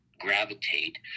Gravitate